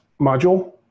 module